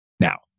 Now